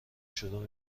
شروع